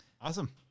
Awesome